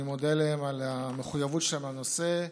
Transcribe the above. אני מודה להם על המחויבות שלהם לנושא,